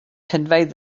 conveyed